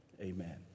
amen